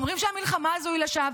אומרים שהמלחמה הזו היא לשווא,